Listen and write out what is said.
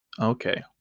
Okay